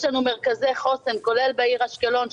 יש לנו מרכזי חוסן כולל בעיר אשקלון,